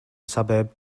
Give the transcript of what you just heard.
suburb